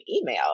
email